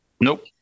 Nope